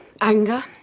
Anger